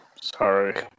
sorry